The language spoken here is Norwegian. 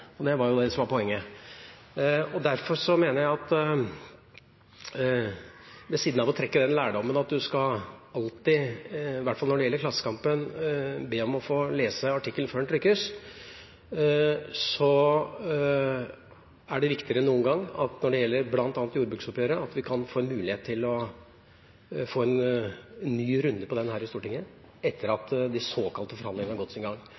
Det var jo det som var poenget. Derfor mener jeg – ved siden av å trekke den lærdommen at man alltid skal, i hvert fall når det gjelder Klassekampen, be om å få lese artikkelen før den trykkes – at når det gjelder bl.a. jordbruksoppgjøret, er det viktigere enn noen gang at vi kan få mulighet til å få en ny runde om det i Stortinget, etter at de såkalte forhandlingene har gått sin gang.